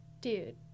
dude